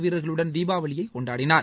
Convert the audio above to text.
வீரர்களுடன் தீபாவளியை கொண்டாடினார்